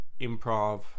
improv